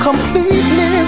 Completely